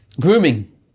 Grooming